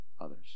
others